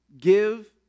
give